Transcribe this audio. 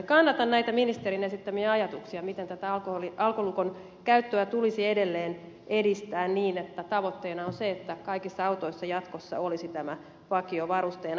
kannatan näitä ministerin esittämiä ajatuksia siitä miten tätä alkolukon käyttöä tulisi edelleen edistää niin että tavoitteena on se että kaikissa uusissa autoissa jatkossa olisi tämä vakiovarusteena